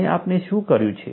અને આપણે શું કર્યું છે